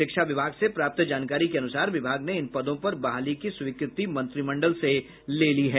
शिक्षा विभाग से प्राप्त जानकारी के अनुसार विभाग ने इन पदों पर बहाली की स्वीकृति मंत्रिमंडल से ले ली है